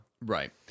Right